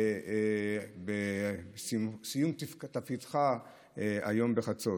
עם סיום תפקידך היום בחצות.